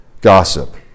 gossip